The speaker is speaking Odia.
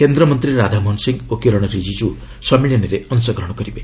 କେନ୍ଦ୍ରମନ୍ତ୍ରୀ ରାଧାମୋହନ ସିଂ ଓ କିରଣ ରିଜିଜ୍ଞ ସମ୍ମିଳନୀରେ ଅଂଶଗ୍ରହଣ କରିବେ